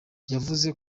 yavuze